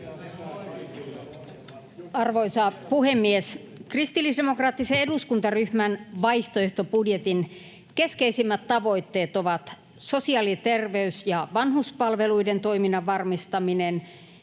Arvoisa puhemies! Kristillisdemokraattisen eduskuntaryhmän vaihtoehtobudjetin keskeisimmät tavoitteet ovat sosiaali-, terveys- ja vanhuspalveluiden toiminnan varmistaminen,